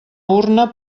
urna